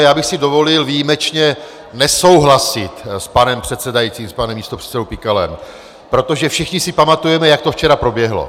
Já bych si dovolil výjimečně nesouhlasit s panem předsedajícím, s panem místopředsedou Pikalem, protože všichni si pamatujeme, jak to včera proběhlo.